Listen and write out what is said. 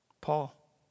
Paul